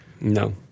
No